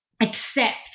accept